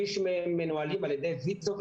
שליש מהם מנוהלים על ידי ויצו,